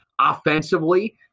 offensively